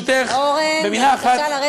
בלי קשר לנושא, ברשותך.